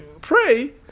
pray